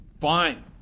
Fine